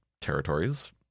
territories